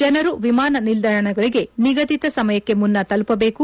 ಜನರು ವಿಮಾನ ನಿಲ್ದಾಣಗಳಿಗೆ ನಿಗಧಿತ ಸಮಯಕ್ಕೆ ಮುನ್ನ ತಲುಪಬೇಕು